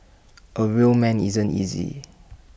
A real man isn't easy